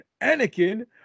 Anakin